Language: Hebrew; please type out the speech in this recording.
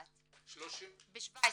31 ב-2017.